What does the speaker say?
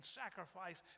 sacrifice